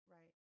right